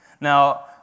Now